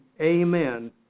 amen